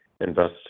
invest